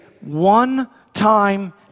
one-time